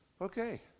okay